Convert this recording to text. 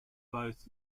both